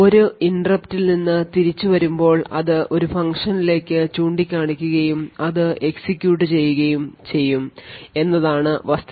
ഒരു ഇന്ററപ്റ്റിൽ നിന്ന് തിരിച്ചു വരുമ്പോൾ അത് ഒരു ഫംഗ്ഷനിലേക്ക് ചൂണ്ടിക്കാണിക്കുകയും അത് execute ചെയ്യുകയും ചെയ്യും എന്നതാണ് വസ്തുത